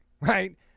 right